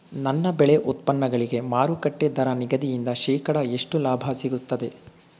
ನನ್ನ ಬೆಳೆ ಉತ್ಪನ್ನಗಳಿಗೆ ಮಾರುಕಟ್ಟೆ ದರ ನಿಗದಿಯಿಂದ ಶೇಕಡಾ ಎಷ್ಟು ಲಾಭ ಸಿಗುತ್ತದೆ?